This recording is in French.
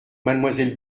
mademoiselle